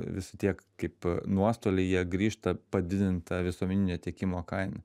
vis tiek kaip nuostoliai jie grįžta padidinta visuomeninio tiekimo kaina